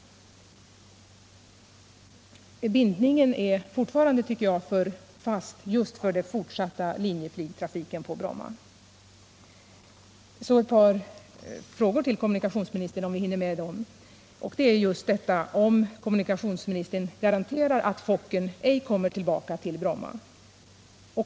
Bindningen till den fortsatta linjeflygtrafiken på Bromma är fortfarande för fast, anser jag. Så ett par frågor till kommunikationsministern, om vi hinner med dem. Kan kommunikationsministern garantera att Fokkern inte kommer tillbaka till Bromma?